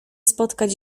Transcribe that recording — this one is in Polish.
spotkać